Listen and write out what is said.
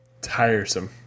tiresome